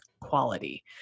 quality